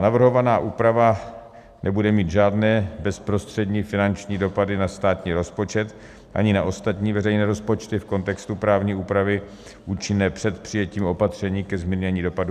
Navrhovaná úprava nebude mít žádné bezprostřední finanční dopady na státní rozpočet ani na ostatní veřejné rozpočty v kontextu právní úpravy účinné před přijetím opatření ke zmírnění dopadů epidemie.